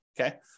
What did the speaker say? Okay